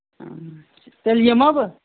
تیٚلہِ یِمَہ بہٕ